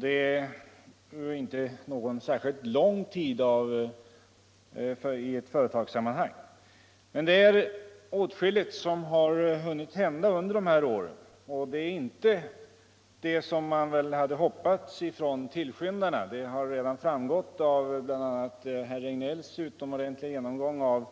Det är inte någon särskilt lång tid i företagssammanhang. Men åtskilligt har hunnit hända under dessa år. Dock inte det man hade hoppats från bolagets tillskyndare. Det har redan framgått av herr Regnélls genomgång av